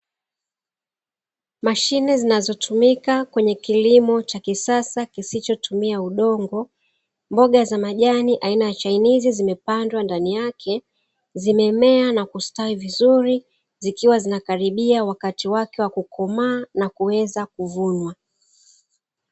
Mashine zinazotumika kwenye kilimo cha kisasa kisichotumia udongo mboga za majani aina ya chainizi, zikiwa zimepandwa ndani yake zikiwa zimemea na kustawi vizuri, zikiwa zinasubira mda wake wakukomaa na kuweza kuvunwa.